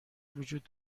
وجود